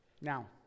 Now